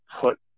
put